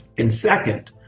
and second,